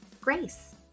grace